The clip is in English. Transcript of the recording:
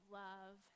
love